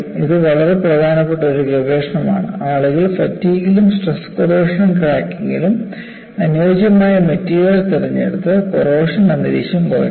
ഇത് വളരെ പ്രധാനപ്പെട്ട ഒരു ഗവേഷണമാണ് ആളുകൾ ഫാറ്റിഗിലും സ്ട്രെസ് കോറോഷൻ ക്രാക്കിംഗിലും അനുയോജ്യമായ മെറ്റീരിയൽ തിരഞ്ഞെടുത്ത് കോറോഷൻ അന്തരീക്ഷം കുറയ്ക്കുന്നു